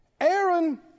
Aaron